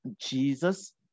Jesus